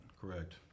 Correct